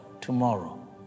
tomorrow